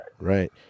right